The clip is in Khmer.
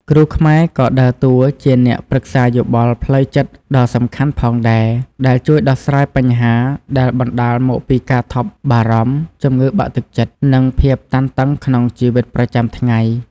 គ្រូខ្មែរក៏ដើរតួជាអ្នកប្រឹក្សាយោបល់ផ្លូវចិត្តដ៏សំខាន់ផងដែរ ដែលជួយដោះស្រាយបញ្ហាដែលបណ្តាលមកពីការថប់បារម្ភ ជំងឺបាក់ទឹកចិត្ត និងភាពតានតឹងក្នុងជីវិតប្រចាំថ្ងៃ។